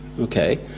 okay